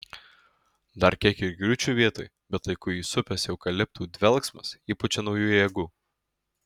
dar kiek ir griūčiau vietoj bet laiku įsupęs eukaliptų dvelksmas įpučia naujų jėgų